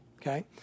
okay